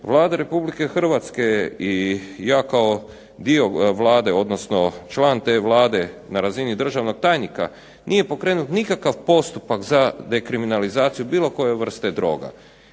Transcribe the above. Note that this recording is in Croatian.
Vlada Republike Hrvatske i ja kao dio Vlade, odnosno član te Vlade na razini državnog tajnika, nije pokrenut nikakav postupak za dekriminalizaciju bilo koje vrste droga.